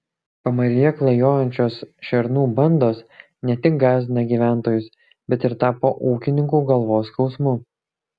pamaryje klajojančios šernų bandos ne tik gąsdina gyventojus bet ir tapo ūkininkų galvos skausmu